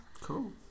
cool